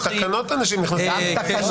גם מתקנות אנשים נכנסים למאסרים.